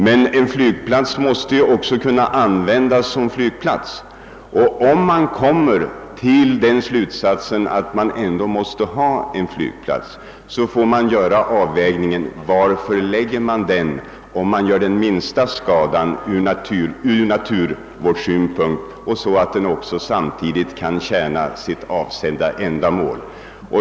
Men en flygplats måste ju också kunna användas, och om man kommer till den slutsatsen, att man ändå måste ha en flygplats, blir det nödvändigt att göra en avvägning var den skall förläggas med tanke på den minsta skadan från naturvårdssynpunkt man gör samtidigt som den skall kunna tjäna sitt avsedda ändamål.